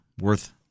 worth